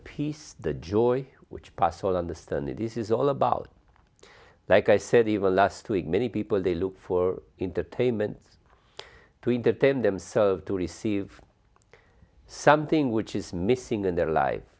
peace the joy which passes all understanding this is all about like i said even last week many people they look for entertainment to entertain themselves to receive something which is missing in their li